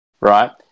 right